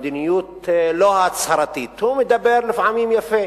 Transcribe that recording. במדיניות הלא-הצהרתית, הוא מדבר לפעמים יפה